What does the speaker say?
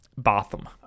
Botham